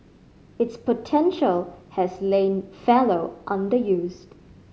its potential has lain fallow underused